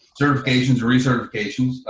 certifications re-certification.